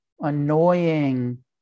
annoying